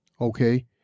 okay